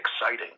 exciting